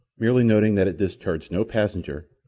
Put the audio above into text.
merely noting that it discharged no passenger,